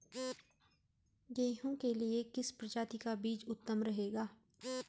गेहूँ के लिए किस प्रजाति का बीज उत्तम रहेगा?